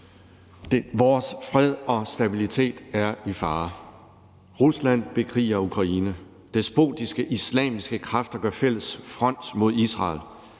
Vores fred og stabilitet er i fare. Rusland bekriger Ukraine. Despotiske islamiske kræfter gør fælles front mod Israel.